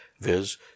viz